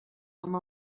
amb